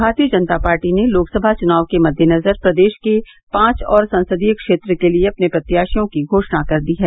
भारतीय जनता पार्टी ने लोकसभा चुनाव के मद्देनजर प्रदेश के पांच और संसदीय क्षेत्र के लिये अपने प्रत्याशियों की घोषणा कर दी है